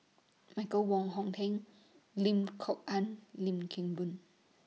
Michael Wong Hong Teng Lim Kok Ann Lim Kim Boon